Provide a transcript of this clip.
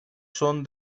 son